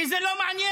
כי זה לא מעניין